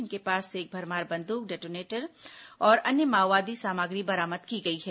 इनके पास से एक भरमार बंदूक डेटोनेटर और अन्य माओवादी सामग्री बरामद की गई है